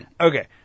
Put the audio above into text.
Okay